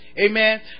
Amen